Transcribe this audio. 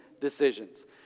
decisions